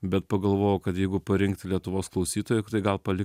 bet pagalvojau kad jeigu parinkti lietuvos klausytojui tai gal palik